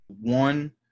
one